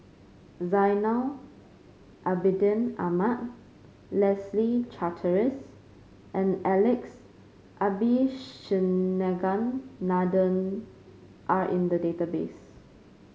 Zainal Abidin Ahmad Leslie Charteris and Alex Abisheganaden are in the database